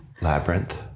Labyrinth